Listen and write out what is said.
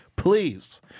please